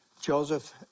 Joseph